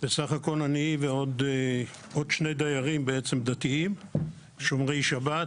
בסך הכל אני ועוד שני דיירים דתיים, שומרי שבת,